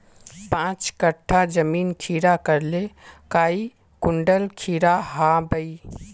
पाँच कट्ठा जमीन खीरा करले काई कुंटल खीरा हाँ बई?